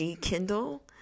Kindle